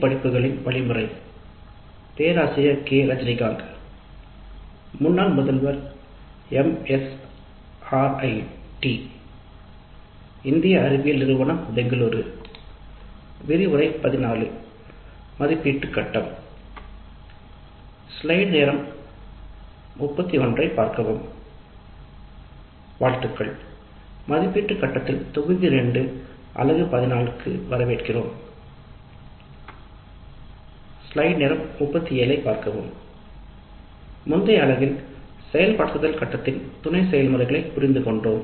கடைசி வகுப்பில் செயல்படுத்தும் கட்டத்தின் துணை செயல்முறைகளை புரிந்துகொண்டோம்